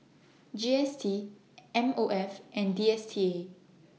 G S T M O F and D S T A